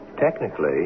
Technically